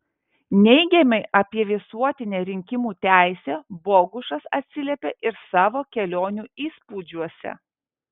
neigiamai apie visuotinę rinkimų teisę bogušas atsiliepė ir savo kelionių įspūdžiuose